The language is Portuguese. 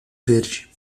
verde